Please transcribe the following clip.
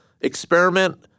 experiment